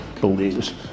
believes